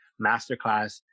MasterClass